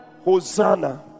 Hosanna